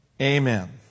Amen